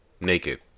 naked